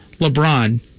LeBron